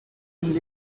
rings